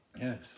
Yes